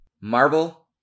Marvel